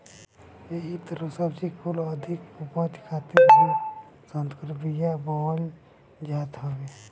एही तहर सब्जी कुल के अधिका उपज खातिर भी संकर बिया के बोअल जात हवे